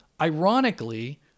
ironically